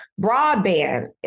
Broadband